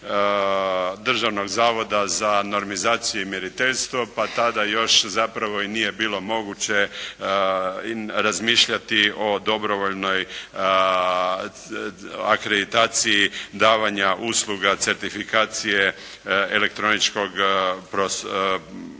Državnog zavoda za normizacije i mjeriteljstvo pa tada još zapravo i nije bilo moguće razmišljati o dobrovoljnoj akreditaciji davanja usluga certifikacije elektroničkog potpisa.